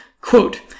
Quote